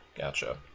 gotcha